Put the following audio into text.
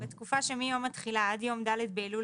בתקופה שמיום התחילה עד יום ד' באלול